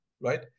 right